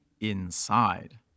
inside